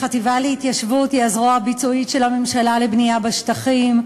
החטיבה להתיישבות היא הזרוע הביצועית של הממשלה לבנייה בשטחים.